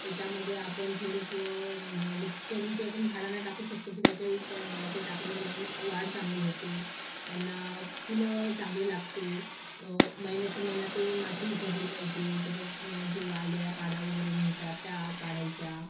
त्याच्यामध्ये आपण थोडंसं म मिक्स करून ते आपण झाडांना टाकू शकतो की त्याच्यावेळेस त्या ते टाकल्यानं त्याची वाढ चांगली होते त्यांना फुलं चांगले लागते महिन्याच्यामहिना ते माती उकरली पाहिजे त्याच्यातून जे वाढलेल्या काड्या वगैरे निघतात त्या काढायच्या